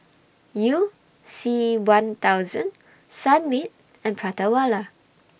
YOU C one thousand Sunmaid and Prata Wala